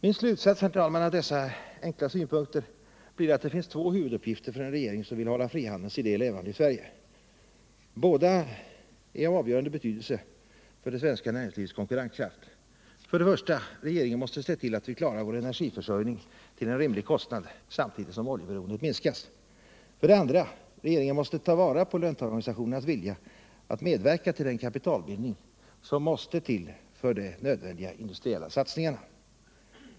Min slutsats, herr talman, av dessa enkla synpunkter blir att det finns två huvuduppgifter för en regering som vill hålla frihandelns idé levande i Sverige. Båda är av avgörande betydelse för det svenska näringslivets konkurrenskraft. För det första: Regeringen måste se till att vi klarar vår energiförsörjning till en rimlig kostnad samtidigt som oljeberoendet minskas. För det andra: Regeringen måste ta vara på löntagarorganisationernas vilja att medverka till den kapitalbildning som måste till för de nödvändiga industriella satsningarna.